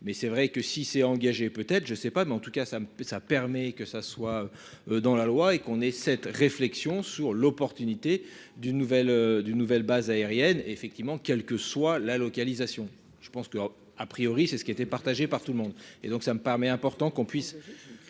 mais c'est vrai que si s'est engagé peut-être je sais pas mais en tout cas ça me ça permet que ça soit. Dans la loi et qu'on ait cette réflexion sur l'opportunité d'une nouvelle d'une nouvelle base aérienne effectivement quelle que soit la localisation. Je pense que, a priori c'est ce qui était partagée par tout le monde et donc ça me paraît important qu'on puisse.